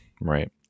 Right